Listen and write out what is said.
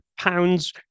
pounds